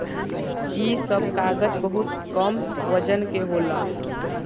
इ सब कागज बहुत कम वजन के होला